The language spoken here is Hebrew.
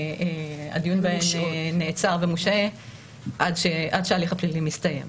הדיון בהן נעצר ומושהה עד שההליך הפלילי מסתיים.